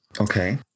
okay